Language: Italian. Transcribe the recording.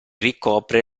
ricopre